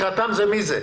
"לקראתם" זה מי זה?